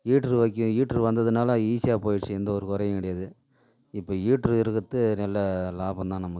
ஹீட்ரு வைக்க ஹீட்ரு வந்ததுனால ஈசியாக போய்டுச்சி எந்த ஒரு குறையும் கிடையாது இப்போ ஹீட்ரு இருக்கிறது நல்ல லாபம்தான் நமக்கு